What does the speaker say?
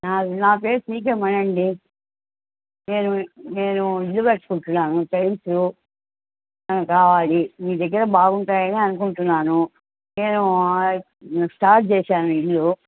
నా పేరు C K Mahi అండి నేను నేను ఇల్లు కట్టుకుంటున్నాము టైల్సు కావాలి మీదగ్గర బాగుంటాయనే అనుకుంటున్నాను నేను స్టార్ట్ చేశాను ఇల్లు